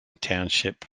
township